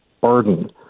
burden